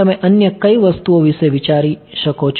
તમે અન્ય કઈ વસ્તુઓ વિશે વિચારી શકો છો